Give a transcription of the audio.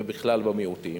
ובכלל בקרב המיעוטים.